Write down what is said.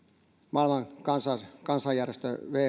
kansainvälisen järjestön